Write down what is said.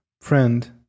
friend